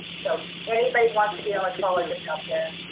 so anybody wants to be an like electrologist out there,